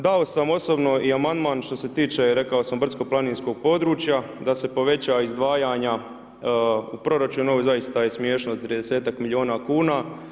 Dao sam osobno i amandman što se tiče i rekao sam brdsko-planinskog područja da se povećaju izdvajanja u proračuna, ovo zaista je smiješno 30-ak milijuna kuna.